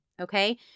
Okay